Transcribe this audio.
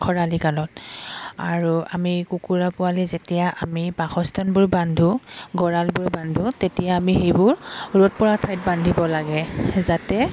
খৰালি কালত আৰু আমি কুকুৰা পোৱালি যেতিয়া আমি বাসস্থানবোৰ বান্ধো গঁৰালবোৰ বান্ধো তেতিয়া আমি সেইবোৰ ৰ'দপৰা ঠাইত বান্ধিব লাগে যাতে